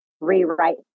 rewrite